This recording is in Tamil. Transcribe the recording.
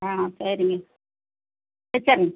ஆ சரிங்க வெச்சுர்றேங்க